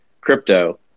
crypto